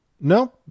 No